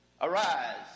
Arise